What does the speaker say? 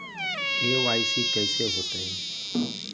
KYC कैसे होतई?